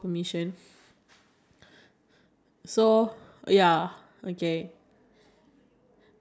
oh I think the embarrasses story is when I think when I pee myself when I was in primary five